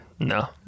No